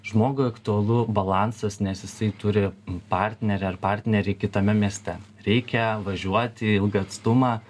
žmogui aktualu balansas nes jisai turi partnerę ar partnerį kitame mieste reikia važiuoti ilgą atstumą